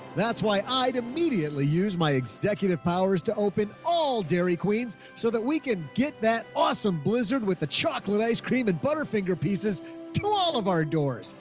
that's why i'd immediately use my executive powers to open dairy queens so that we can get that awesome blizzard with the chocolate ice cream and butterfinger pieces to all of our doors.